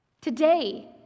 Today